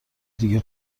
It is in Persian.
دیگه